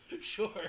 Sure